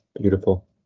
beautiful